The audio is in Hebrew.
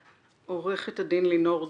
עורכת הדין לינור דויטש,